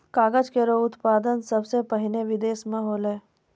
कागज केरो उत्पादन सबसें पहिने बिदेस म होलै